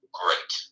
great